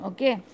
Okay